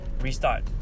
restart